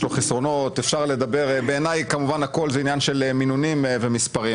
יש לו חסרונות בעיניי הכול זה עניין של מינונים ומספרים